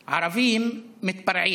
ערבים, מתפרעים.